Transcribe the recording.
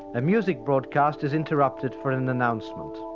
a music broadcast is interrupted for an announcement.